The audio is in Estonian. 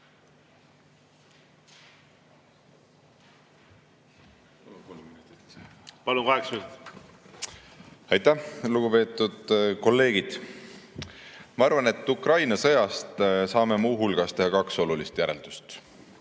minutit. Aitäh! Lugupeetud kolleegid! Ma arvan, et Ukraina sõjast saame muu hulgas teha kaks olulist järeldust.